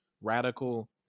radical